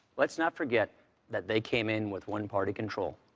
let's not forget that they came in with one-party control.